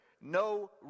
no